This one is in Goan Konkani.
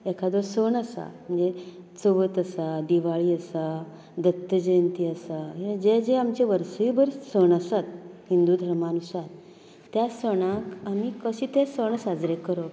एखादो सण आसा म्हणजे चवथ आसा दिवाळी आसा दत्त जयंती आसा हे जे जे आमचे वर्सूयभर सण आसात हिंदू धर्मानुसार त्या सणाक आमी कशें तें सण साजरे करप